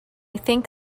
think